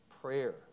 prayer